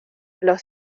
los